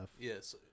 Yes